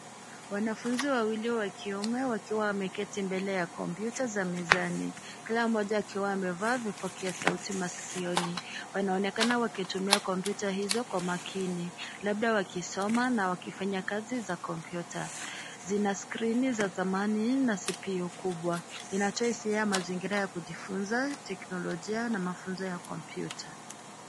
Wanafunzi wawili wa kiume wakiwa wameketi mbele ya kompyuta za mezani, kila mmoja akiwa amevalia vipokea sauti masikioni. Wanaonekana wakitumia kompyuta hizo kwa makini, labda wakisoma na wakifanya kazi za kompyuta. Zina skrini za zamani na CPU kubwa. Inatoa hisia ya mazingira ya kujifunza, teknolojia na mafunzo ya kompyuta.